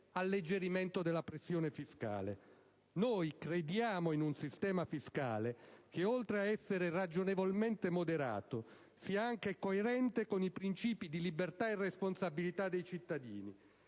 alleggerimento della pressione fiscale. Crediamo in un sistema fiscale che oltre ad essere ragionevolmente moderato sia anche coerente con i principi di libertà e responsabilità dei cittadini,